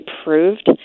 approved